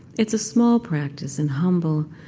it's a small practice and humble,